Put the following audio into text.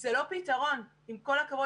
זה לא פתרון, עם כל הכבוד.